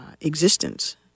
existence